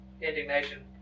indignation